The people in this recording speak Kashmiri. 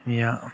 یا